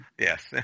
Yes